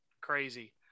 crazy